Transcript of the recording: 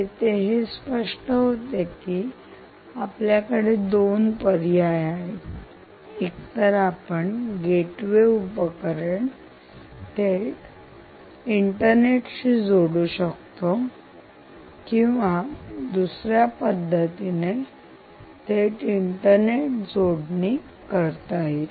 येथे हे स्पष्ट आहे की आपल्याकडे दोन पर्याय आहेत एकतर आपण गेटवे उपकरण थेट इंटरनेटशि जोडू शकतो किंवा दुसऱ्या पद्धतीने थेट इंटरनेट जोडणी करता येईल